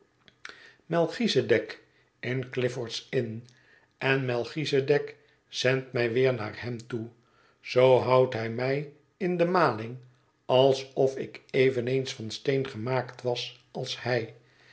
n en melchisedeck zendt mij weer naar hem toe zoo houdt hij mij in de maling alsof ik eveneens van steen gemaakt was als hij